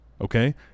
okay